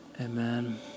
Amen